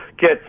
get